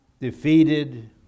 defeated